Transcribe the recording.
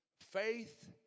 faith